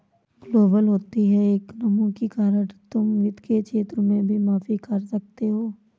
global होती economy के कारण तुम वित्त के क्षेत्र में भी काफी कार्य कर सकते हो